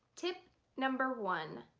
tip number one.